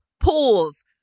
pools